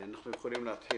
אנחנו יכולים להתחיל